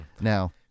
Now